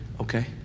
okay